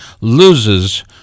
loses